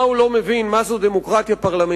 הוא לא מבין מה זו דמוקרטיה פרלמנטרית,